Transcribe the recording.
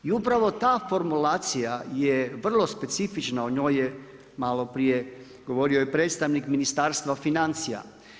I upravo ta formulacija je vrlo specifična, o njoj je maloprije govorio i predstavnik Ministarstva financija.